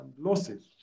losses